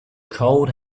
cold